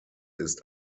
ist